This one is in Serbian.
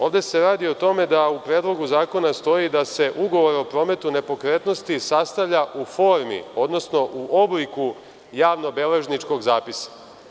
Ovde se radi o tome da u Predlogu zakona stoji da se ugovor o prometu nepokretnosti sastavlja u formi, odnosno u obliku javnobeležničkog zapisa.